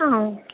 ஆஹாம் okay